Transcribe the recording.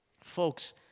Folks